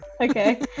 Okay